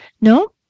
no